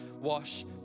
wash